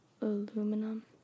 aluminum